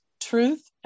truth